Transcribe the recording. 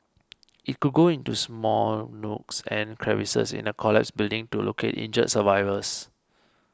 it could go into small nooks and crevices in a collapsed building to locate injured survivors